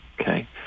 okay